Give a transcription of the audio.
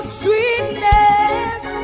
sweetness